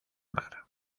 mar